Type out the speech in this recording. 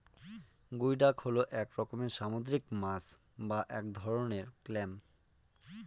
গুই ডাক হল এক রকমের সামুদ্রিক মাছ বা এক ধরনের ক্ল্যাম